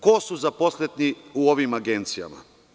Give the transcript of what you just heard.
Ko su zaposleni u ovim agencijama?